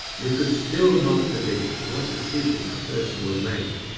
we could still not predict what decision a person would make.